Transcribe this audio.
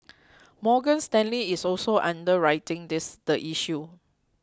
Morgan Stanley is also underwriting this the issue